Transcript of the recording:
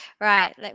right